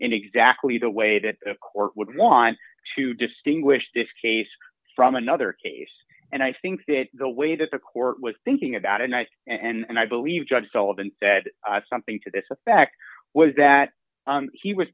in exactly the way that a court would want to distinguish this case from another case and i think that the way that the court was thinking about a knife and i believe judge sullivan said something to this effect was that he was